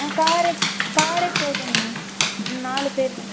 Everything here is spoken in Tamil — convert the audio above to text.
ஆ காரே காரே போதும்ங்கண்ணா நாலு பேர்ண்ணா